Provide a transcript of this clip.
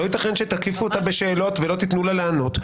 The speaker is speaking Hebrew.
לא ייתכן שתקיפו אותה בשאלות ולא תתנו לה לענות.